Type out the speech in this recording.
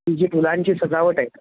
ही जी फुलांची सजावट आहे